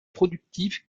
productive